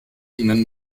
ihnen